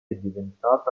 diventata